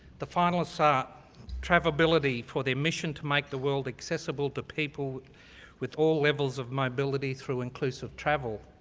the finalists are travability for their mission to make the world accessible to people with all levels of mobility through inclusive travel.